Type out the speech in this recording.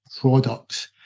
products